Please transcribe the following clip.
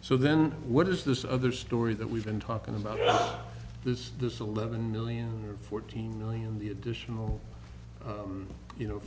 so then what is this other story that we've been talking about this this eleven million fourteen million the additional you know